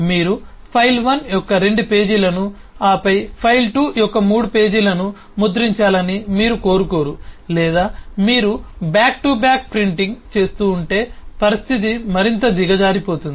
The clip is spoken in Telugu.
మీరు ఫైల్ 1 యొక్క రెండు పేజీలను ఆపై ఫైల్ 2 యొక్క మూడు పేజీలను ముద్రించాలని మీరు కోరుకోరు లేదా మీరు బ్యాక్ టు బ్యాక్ ప్రింటింగ్ చేస్తుంటే పరిస్థితి మరింత దిగజారిపోతుంది